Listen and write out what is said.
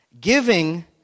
Giving